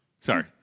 Sorry